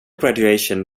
graduation